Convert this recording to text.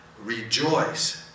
rejoice